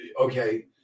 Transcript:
Okay